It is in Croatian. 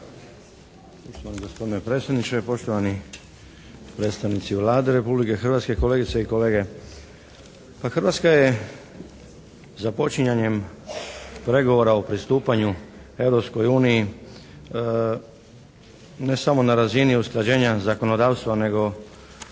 Hrvatska je započinjanjem pregovora o pristupanju Europskoj uniji ne samo na razini usklađenja zakonodavstva nego